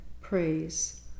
praise